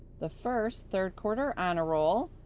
the first, third quarter honor roll,